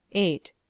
eight.